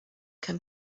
can